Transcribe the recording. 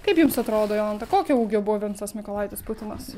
kaip jums atrodo jolanta kokio ūgio buvo vincas mykolaitis putinas